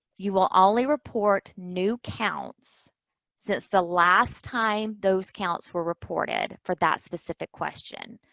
you will only report new counts since the last time those counts were reported for that specific question.